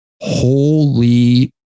holy